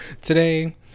Today